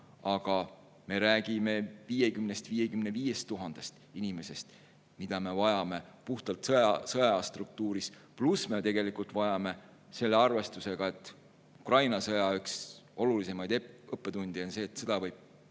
Me räägime 50 000 – 55 000 inimesest, keda me vajame puhtalt sõjaaja struktuuris. Pluss me tegelikult vajame selle arvestusega, et Ukraina sõja üks olulisemaid õppetunde on olnud see, et sõda võib